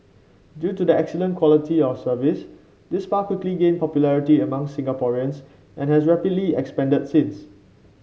due to the excellent quality of service this spa quickly gained popularity amongst Singaporeans and has rapidly expanded since